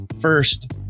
first